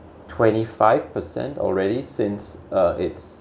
twenty five percent already since uh it's